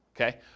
okay